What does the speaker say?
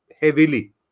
heavily